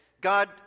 God